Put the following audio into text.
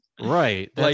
right